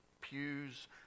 pews